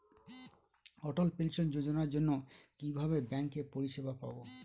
অটল pension যোজনার জন্য কিভাবে ব্যাঙ্কে পরিষেবা পাবো?